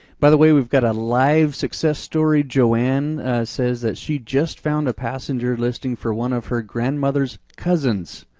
by the way, we've got a live success story. joanne says that she just found a passenger listing for one of her grandmother's cousins,